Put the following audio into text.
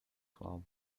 club